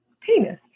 penis